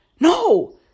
No